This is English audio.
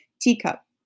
teacup